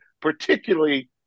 particularly